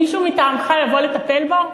מישהו מטעמך יבוא לטפל בו?